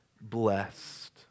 blessed